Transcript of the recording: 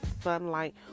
sunlight